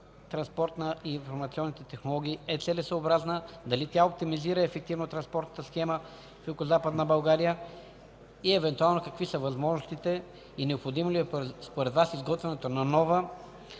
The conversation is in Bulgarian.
транспорта и информационните технологии е целесъобразна? Дали тя оптимизира ефективно транспортната схема в Югозападна България? Евентуално какви са възможностите и необходимо ли според Вас изготвянето на нова,